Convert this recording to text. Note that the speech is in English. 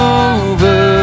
over